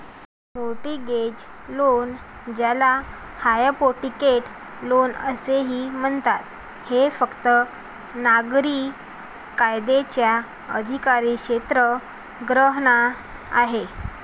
mortgage loan, ज्याला hypothecate loan असेही म्हणतात, हे फक्त नागरी कायद्याच्या अधिकारक्षेत्रात गहाण आहे